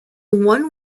one